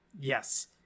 yes